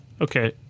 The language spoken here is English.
Okay